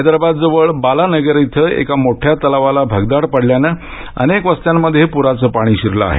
हैदराबादजवळ बालानगर इथं एका मोठ्या तलावाला भगदाड पडल्यानं अनेक वस्त्यांमध्ये पुराचं पाणी शिरलं आहे